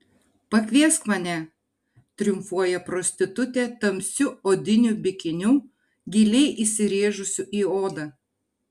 pakviesk mane triumfuoja prostitutė tamsiu odiniu bikiniu giliai įsirėžusiu į odą